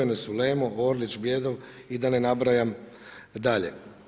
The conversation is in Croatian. One su Lemo, Orlić, Bjedov i da ne nabrajam dalje.